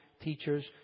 teachers